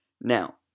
Now